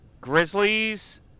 Grizzlies